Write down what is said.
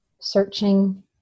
searching